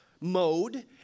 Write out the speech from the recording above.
mode